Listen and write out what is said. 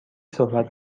صحبت